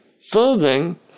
folding